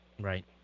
Right